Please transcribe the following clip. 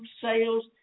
sales